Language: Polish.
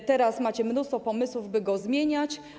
a teraz macie mnóstwo pomysłów, by go zmieniać.